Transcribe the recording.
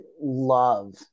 love